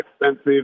expensive